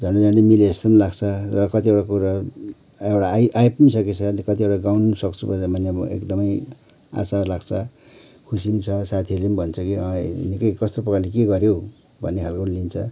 झन्डै झन्डै मिले जस्तो पनि लाग्छ र कतिवटा कुरा एउटा आई आई पनि सकेछ कतिवटा गाउनु पनि सक्छु मैले एकदमै आशा लाग्छ खुसी पनि छ साथीहरू ले पनि भन्छ कि निकै कस्तो प्रकारले के गऱ्यो हौ भन्ने खालको पनि लिन्छ